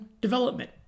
development